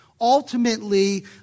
Ultimately